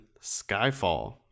Skyfall